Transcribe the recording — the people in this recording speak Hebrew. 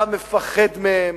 אתה מפחד מהם.